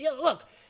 look